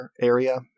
area